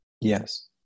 Yes